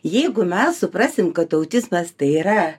jeigu mes suprasim kad autizmas tai yra